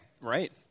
Right